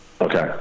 okay